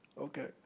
Okay